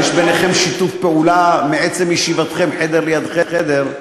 יש ביניכם שיתוף פעולה מעצם ישיבתכם חדר ליד חדר.